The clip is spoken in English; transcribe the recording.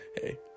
Hey